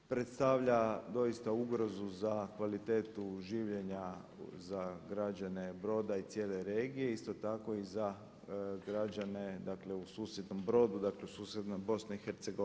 Predstavlja doista ugrozu za kvalitetu življenja za građane Broda i cijele regije, isto tako i za građane, dakle u susjednom Brodu, dakle u susjednoj Bosni i Hercegovini.